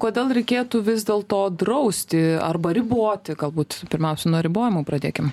kodėl reikėtų vis dėl to drausti arba riboti galbūt pirmiausia nuo ribojimų pradėkim